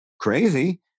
crazy